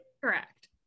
Correct